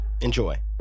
Enjoy